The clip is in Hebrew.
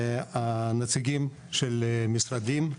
נציגי המשרדים,